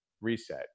reset